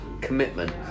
Commitment